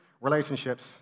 relationships